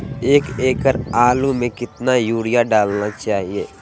एक एकड़ आलु में कितना युरिया डालना चाहिए?